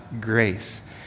grace